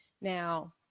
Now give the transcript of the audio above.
Now